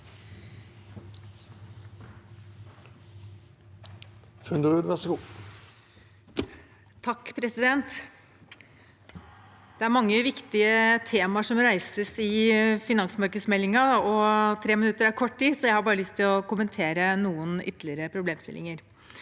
Funderud (Sp) Det er mange viktige temaer som reises i finansmarkedsmeldingen, og 3 minutter er kort tid, men jeg har bare lyst til å kommentere noen ytterligere problemstillinger.